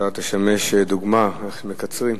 אתה תשמש דוגמה איך מקצרים.